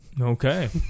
Okay